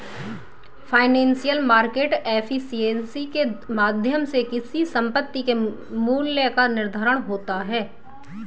financial market efficiency के माध्यम से किसी संपत्ति के मूल्य का निर्धारण होता है